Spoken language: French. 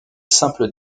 simple